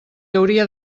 hauria